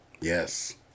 Yes